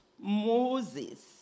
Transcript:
Moses